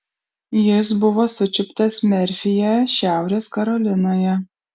jis buvo sučiuptas merfyje šiaurės karolinoje